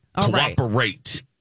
Cooperate